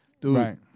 Dude